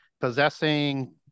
possessing